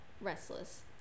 restless